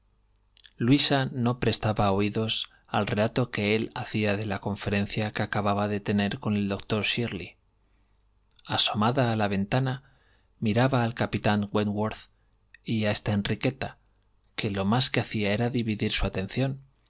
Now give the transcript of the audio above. luisa xro prestaba oídos al relato que él hacía de la conferencia que acababa de tener con el doctor shirley asomada a la ventana miraba al capitán wentworth y hasta enriqueta que lo más que hacía era dividir su atención